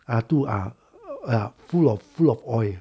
ah 肚 ah ah full of full of oil ah